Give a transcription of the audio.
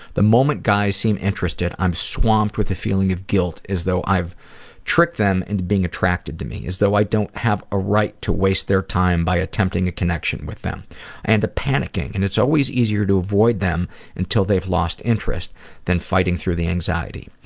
the moment guys seem interested i am swamped with a feeling of guilt as though i've tricked them into being attracted to me as if i don't have a right to waste their time by attempting a connection with them and panicking and it's always easier to avoid them until they've lost interest than fighting through the anxiety.